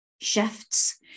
shifts